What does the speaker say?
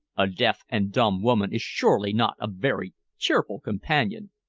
a deaf and dumb woman is surely not a very cheerful companion!